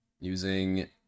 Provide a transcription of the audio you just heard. using